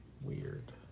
Weird